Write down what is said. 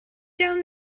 down